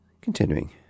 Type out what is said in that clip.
Continuing